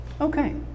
Okay